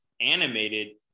animated